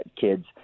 kids